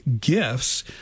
gifts